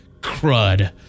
crud